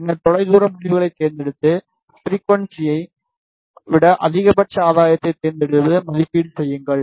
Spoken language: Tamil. பின்னர் தொலைதூர முடிவுகளைத் தேர்ந்தெடுத்து ஃபிரிக்குவன்ஸியை விட அதிகபட்ச ஆதாயத்தைத் தேர்ந்தெடுத்து மதிப்பீடு செய்யுங்கள்